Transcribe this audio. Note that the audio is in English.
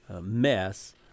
mess